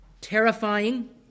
terrifying